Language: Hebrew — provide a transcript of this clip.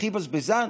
הכי בזבזן,